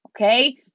Okay